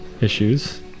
issues